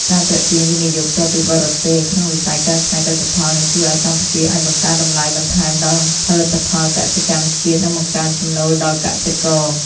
ការទាក់ទាញ វិនិយោគផ្ទាល់ពីបរទេស ក្នុងវិស័យកែច្នៃកសិផល នឹងជួយឱ្យកម្ពុជាអាចបង្កើនតម្លៃបន្ថែមដល់ផលិតផលកសិកម្មជាតិ និងបង្កើនចំណូលដល់កសិករ។